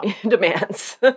demands